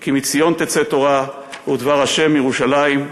כי מציון תצא תורה ודבר ה' מירושלם,